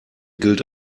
gilt